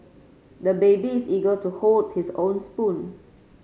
the baby is eager to hold his own spoon